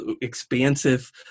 expansive